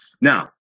Now